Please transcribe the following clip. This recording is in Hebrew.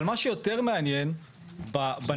אבל מה שיותר מעניין בנתונים,